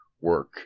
work